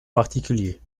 particuliers